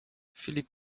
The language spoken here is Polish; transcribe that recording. filip